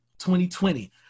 2020